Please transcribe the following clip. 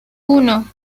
uno